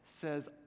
says